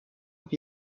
with